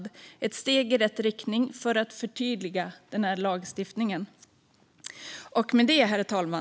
Det är ett steg i rätt riktning för att förtydliga lagstiftningen.